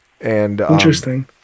Interesting